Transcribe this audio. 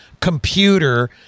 computer